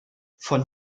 von